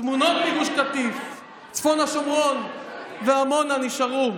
התמונות מגוש קטיף, צפון השומרון ועמונה נשארו